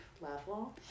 level